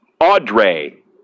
Audrey